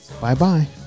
Bye-bye